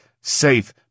safe